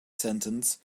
sentence